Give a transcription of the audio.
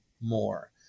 more